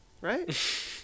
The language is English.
Right